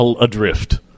adrift